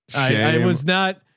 i was not,